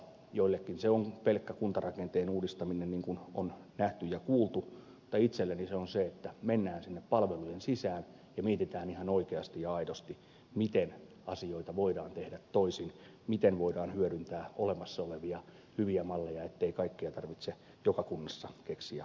joillekin se on pelkkä kuntarakenteen uudistaminen niin kuin on nähty ja kuultu mutta itselleni se on se että mennään sinne palvelujen sisään ja mietitään ihan oikeasti ja aidosti miten asioita voidaan tehdä toisin miten voidaan hyödyntää olemassa olevia hyviä malleja ettei kaikkea tarvitse joka kunnassa keksiä uudestaan